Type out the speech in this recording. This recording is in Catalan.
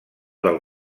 del